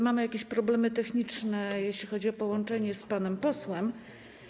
Mamy jakieś problemy techniczne, jeśli chodzi o połączenie z panem posłem.